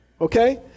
Okay